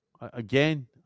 Again